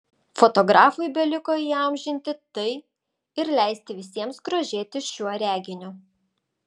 fotografui beliko įamžinti tai ir leisti visiems grožėtis šiuo reginiu